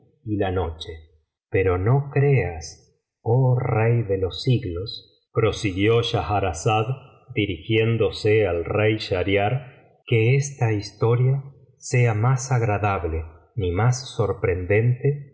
y fetnah pero no creas oh rey cíe los siglos prosiguió schahrazada dirigiéndose al rey schahriar que esta historia sea más agradable ni más sorprendente